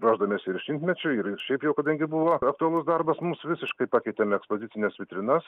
ruošdamiesi ir šimtmečiui ir ir šiaip jau kadangi buvo aktualus darbas mums visiškai pakeitėm ekspozicines vitrinas